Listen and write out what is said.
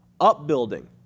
Upbuilding